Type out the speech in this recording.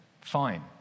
Fine